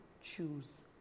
choose